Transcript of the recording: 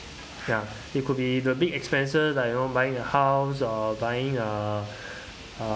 ya it could be the big expenses like you know buying a house or buying a uh